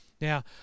Now